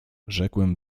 rzekłem